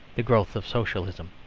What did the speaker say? the growth of socialism.